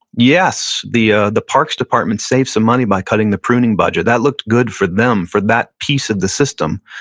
yes, the ah the park's department saved some money by cutting the pruning budget. that looked good for them for that piece of the system.